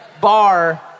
Bar